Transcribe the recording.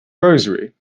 rosary